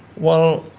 well,